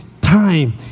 time